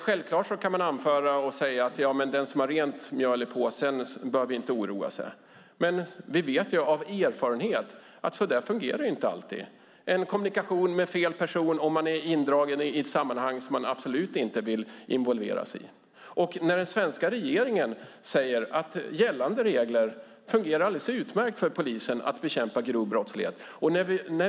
Självklart kan man anföra att den som har rent mjöl i påsen inte behöver oroa sig. Men vi vet av erfarenhet att det inte alltid fungerar så. En kommunikation med fel person kan leda till att man blir indragen i ett sammanhang som man absolut inte vill involveras i. Den svenska regeringen säger att gällande regler fungerar alldeles utmärkt för att bekämpa grov brottslighet.